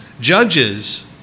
Judges